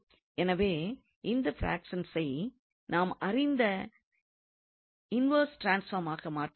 எனவே இந்த பிராக்ஷன்ஸை நாம் அறிந்த இன்வெர்ஸ் ட்ரான்ஸ்பார்மாக மாற்றுகிறோம்